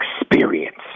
experience